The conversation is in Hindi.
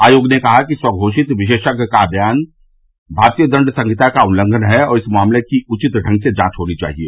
आयोग ने कहा है कि स्वघोषित विशेषज्ञ का बयान भारतीय दंड संहिता का उल्लंघन है और इस मामले की उवित ढंग से जांच होनी चाहिए